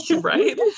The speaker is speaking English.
Right